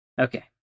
Okay